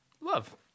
love